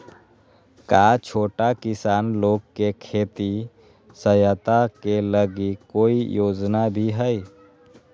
का छोटा किसान लोग के खेती सहायता के लगी कोई योजना भी हई?